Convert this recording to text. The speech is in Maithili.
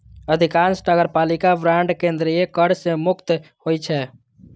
अधिकांश नगरपालिका बांड केंद्रीय कर सं मुक्त होइ छै